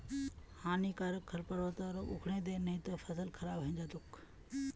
हानिकारक खरपतवारक उखड़इ दे नही त फसल खराब हइ जै तोक